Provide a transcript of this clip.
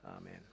amen